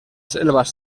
selvas